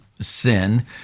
sin